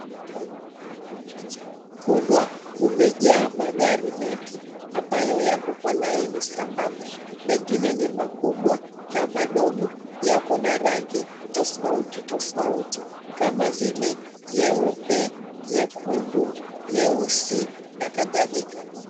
Uwanja mkubwa umejaa magari mengi ambayo yako kwa laini sambamba. Mengine ni makubwa na madogo. Yako na rangi tofauti tofauti kama vile nyeupe, nyekundu, nyeusi na kadhalika.